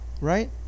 Right